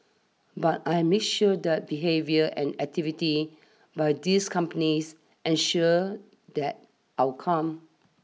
but I make sure that behaviour and activity by these companies ensure that outcome